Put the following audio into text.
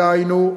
דהיינו,